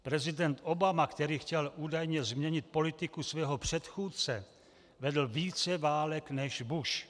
Prezident Obama, který chtěl údajně změnit politiku svého předchůdce, vedl více válek než Bush.